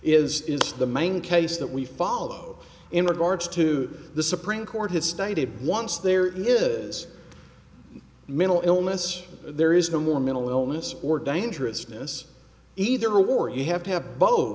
which is the main case that we follow in regard to the supreme court has stated once there is mental illness there is no more mental illness or dangerousness either or you have to have both